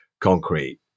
concrete